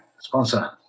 sponsor